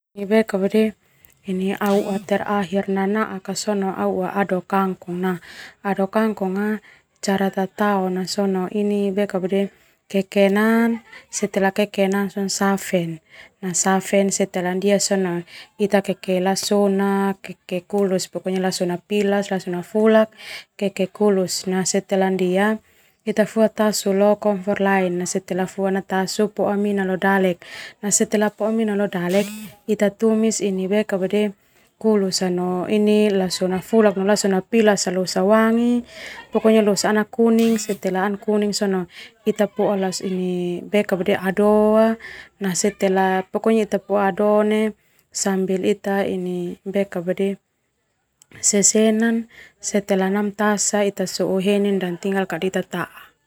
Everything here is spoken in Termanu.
ado kangkong na. Ado kangkong a cara tataona sona ini kekena setelah kekena sona safe na safe na sona kake lasona na. Setelah ndia ita fua tasu neu kompor lain setelah ndia poa mina neu tasu dale. Setelah dale ita kulus sona ini namahana sona tao lasona losa wangi losa ana kuning basa sona poa ado neu leo setelah ndia sesena sampe namatasa leo.